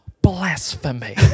blasphemy